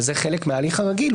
וזה חלק מההליך הרגיל,